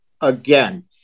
again